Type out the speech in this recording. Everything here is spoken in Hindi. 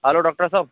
hello doctor Saheb